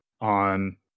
on